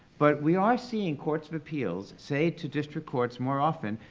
but we are seeing courts of appeals say to district courts more often,